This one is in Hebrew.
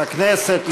לכנסת,